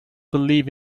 believe